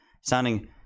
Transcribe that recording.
sounding